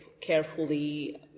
carefully